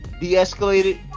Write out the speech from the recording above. De-escalated